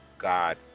God